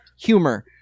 humor